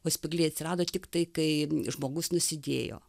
o spygliai atsirado tiktai kai žmogus nusidėjo